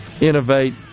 innovate